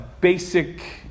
basic